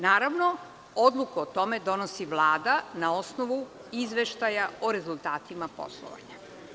Naravno, odluku o tome donosi Vlada, na osnovu izveštaja o rezultatima poslovanja.